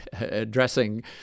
addressing